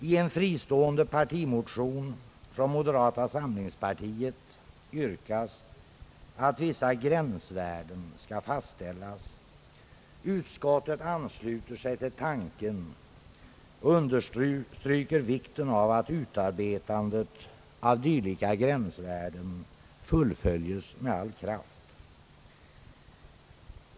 I en fristående partimotion från moderata samlingspartiet yrkas att vissa gränsvärden skall fastställas. Utskottet ansluter sig till tanken och understry ker vikten av att utarbetandet av dylika gränsvärden fullföljes med all kraft.